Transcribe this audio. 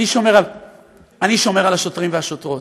אני שומר על השוטרים והשוטרות.